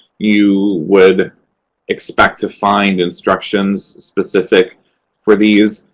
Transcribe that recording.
you would expect to find instructions specific for these,